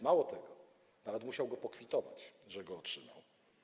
Mało tego, nawet musiał pokwitować, że go otrzymał.